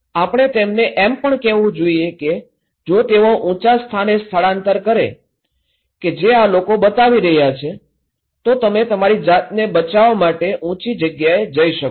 આપણે તેમને એમ પણ કહેવું જોઈએ કે જો તેઓ ઊંચા સ્થાને સ્થળાંતર કરે કે જે આ લોકો બતાવી રહ્યા છે તો તમે તમારી જાતને બચાવવા માટે ઊંચી જગ્યાએ જઈ શકો છો